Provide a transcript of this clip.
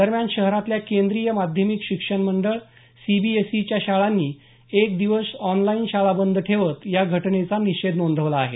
दरम्यान शहरातल्या केंद्रीय माध्यमिक शिक्षण मंडळ सीबीएससीच्या शाळांनी एक दिवस ऑनलाईन शाळा बंद ठेवत या घटनेचा निषेध नोंदवला आहे